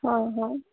ହଁ ହଁ